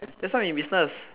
that's why I'm in business